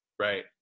Right